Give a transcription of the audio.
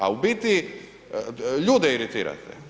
A u biti ljude iritirate.